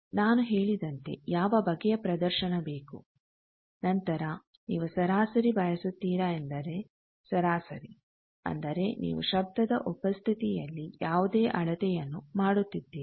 ನಾನು ಹೇಳಿದಂತೆ ಯಾವ ಬಗೆಯ ಪ್ರದರ್ಶನ ಬೇಕು ನಂತರ ನೀವು ಸರಾಸರಿ ಬಯಸುತ್ತಿರಾ ಎಂದರೆ ಸರಾಸರಿ ಅಂದರೆ ನೀವು ಶಬ್ಧದ ಉಪಸ್ಥಿತಿಯಲ್ಲಿ ಯಾವುದೇ ಅಳತೆಯನ್ನು ಮಾಡುತ್ತಿದ್ದೀರಿ